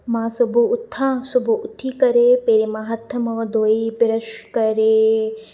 मां सुबुह उथां सुबुह उथी करे पहिरीं मां हथु मुंहुं धोई ब्रश करे